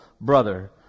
brother